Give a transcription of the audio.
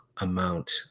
amount